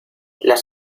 las